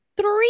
three